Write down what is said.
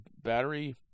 battery